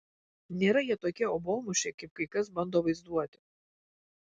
nėra jie tokie obuolmušiai kaip kai kas bando vaizduoti